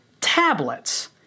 tablets